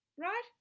right